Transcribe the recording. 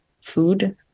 food